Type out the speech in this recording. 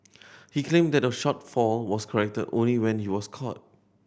he claimed that the shortfall was corrected only when it was caught